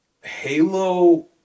Halo